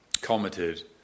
commented